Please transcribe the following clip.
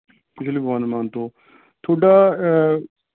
ਪਿਛਲੇ one month ਤੋਂ ਤੁਹਾਡਾ